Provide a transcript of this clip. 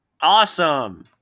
Awesome